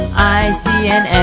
i see a